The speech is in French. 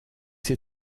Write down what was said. ses